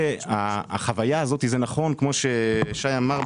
כמו ששי אמר,